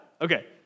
Okay